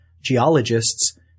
geologists